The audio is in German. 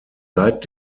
seit